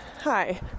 hi